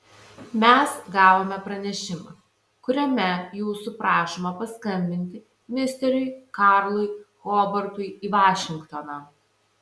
mes gavome pranešimą kuriame jūsų prašoma paskambinti misteriui karlui hobartui į vašingtoną